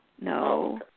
No